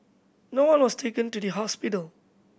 no one was taken to the hospital